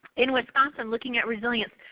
in wisconsin looking at resilience.